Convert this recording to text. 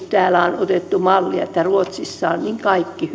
täällä on otettu sieltä mallia kun ruotsissa on kaikki